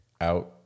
out